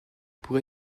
pour